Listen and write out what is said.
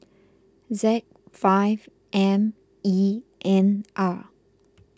Z five M E N R